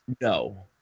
No